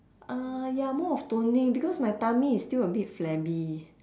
uh ya more of toning because my tummy is still a bit flabby